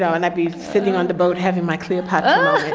know, and i'd be sitting on the boat having my clear. but